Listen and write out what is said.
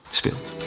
speelt